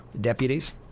deputies